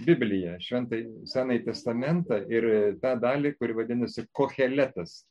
bibliją šventąjį senąjį testamentą ir tą dalį kuri vadinasi koheletas